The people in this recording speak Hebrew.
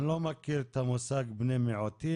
אני לא מכיר את המושג "בני מיעוטים",